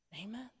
Amen